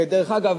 ודרך אגב,